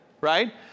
right